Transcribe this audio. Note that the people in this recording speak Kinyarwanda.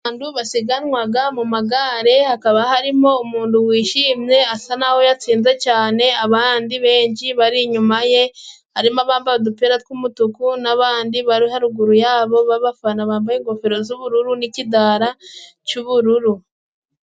Abandu basiganwaga mu magare. Hakaba harimo umundu wishimye asa naho yatsinze cyane. Abandi benshi bari inyuma ye, harimo abambaye udupira tw'umutuku, n'abandi bari haruguru yabo babafana bambaye ingofero z'ubururu n'ikidara cy'ubururu.